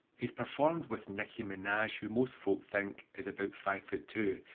he's performed with nicki minaj who most folk think is about five foot two.